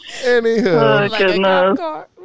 Anywho